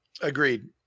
agreed